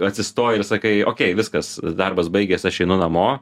atsistoji ir sakai okei viskas darbas baigės aš einu namo